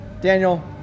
Daniel